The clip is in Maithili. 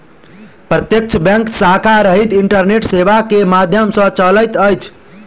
प्रत्यक्ष बैंक शाखा रहित इंटरनेट सेवा के माध्यम सॅ चलैत अछि